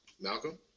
Malcolm